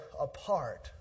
apart